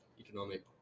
economic